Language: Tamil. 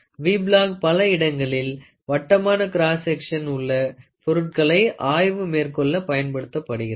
வி பிளாக் பல இடங்களில் வட்டமான கிராஸ் செக்ஷன் உள்ள பொருட்களை ஆய்வு மேற்கொள்ள பயன்படுகிறது